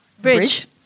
Bridge